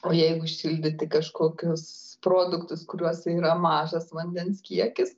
o jeigu šildyti kažkokius produktus kuriuose yra mažas vandens kiekis